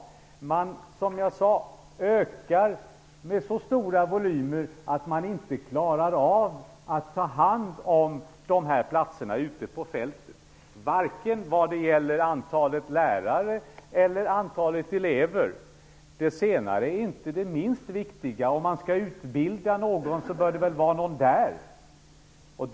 Det handlar om en ökning, och det är fråga om så stora volymer att man inte klarar av att ta hand om de här platserna ute på fältet vare sig när det gäller antalet lärare eller när det gäller antalet elever. Det senare är inte det minst viktiga. Om utbildning skall ske bör det väl finnas någon på plats.